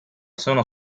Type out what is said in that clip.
sono